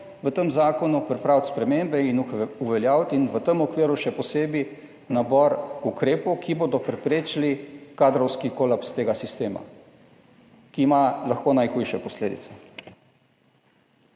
v tem zakonu, pripraviti spremembe in uveljaviti in v tem okviru še posebej nabor ukrepov, ki bodo preprečili kadrovski kolaps tega sistema, ki ima lahko najhujše posledice.